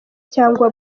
cyangwa